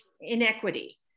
inequity